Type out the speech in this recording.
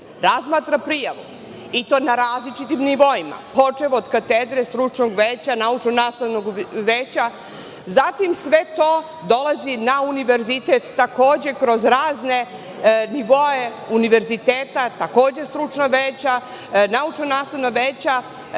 razmatra prijavu, i to na različitim nivoima, počev od katedre, stručnog veća, naučno-nastavnog veća, zatim sve to dolazi na univerzitet, takođe kroz razne nivoe univerziteta, takođe stručna veća, naučno-nastavna veća,